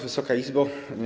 Wysoka Izbo!